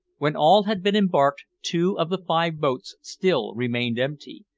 when all had been embarked, two of the five boats still remained empty,